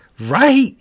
Right